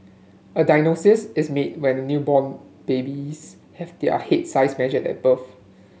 a diagnosis is made when newborn babies have their head size measured at birth